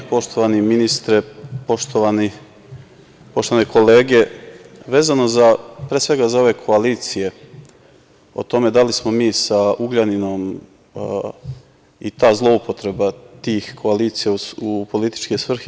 Poštovani ministre, poštovane kolege, vezano pre svega za ove koalicije o tome da li smo mi sa Ugljaninom i ta zloupotreba tih koalicija u političke svrhe.